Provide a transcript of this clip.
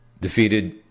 defeated